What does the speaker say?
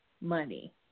money